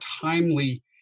timely